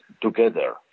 together